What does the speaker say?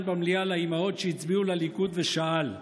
במליאה לאימהות שהצביעו לליכוד ושאל: